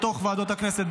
בתוך ועדות הכנסת,